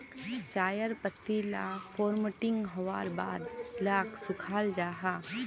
चायर पत्ती ला फोर्मटिंग होवार बाद इलाक सुखाल जाहा